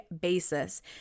basis